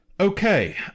Okay